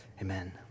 Amen